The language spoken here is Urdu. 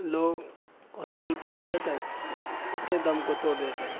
لوگ ہاسپیٹل پہنچتے تک اپنے دم کو توڑ دیتے ہیں